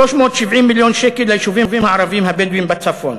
370 מיליון שקל ליישובים הערביים הבדואיים בצפון.